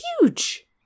huge